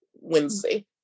Wednesday